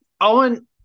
Owen